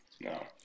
No